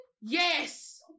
Yes